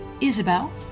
isabel